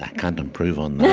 ah can't improve on